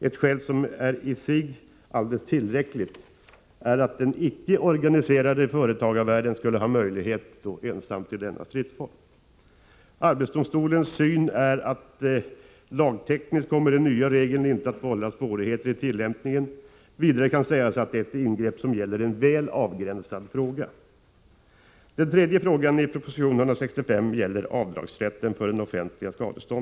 Ett skäl som i sig är alldeles tillräckligt är att den icke organiserade företagarvärlden då ensam skulle ha möjlighet att tillgripa denna stridsform. Arbetsdomstolens syn är att den nya regeln rent lagtekniskt inte kommer att vålla svårighet i tillämpningen. Vidare kan sägas att det är ett ingrepp som gäller en väl avgränsad fråga. Den tredje frågan i proposition 165 gäller avdragsrätt för de offentliga skadestånden.